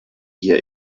hier